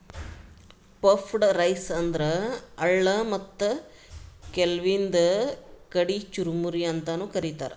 puffed rice ಅಂದ್ರ ಅಳ್ಳ ಮತ್ತ್ ಕೆಲ್ವನ್ದ್ ಕಡಿ ಚುರಮುರಿ ಅಂತಾನೂ ಕರಿತಾರ್